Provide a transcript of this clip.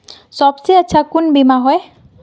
सबसे अच्छा कुन बिमा होय?